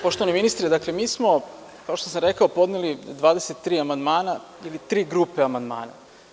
Poštovani ministre, mi smo kao što sam rekao, podneli 23 amandmana ili tri grupe amandmana.